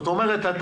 אני